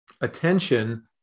attention